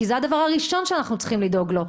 כי זה הדבר הראשון שאנחנו צריכים לדאוג לו.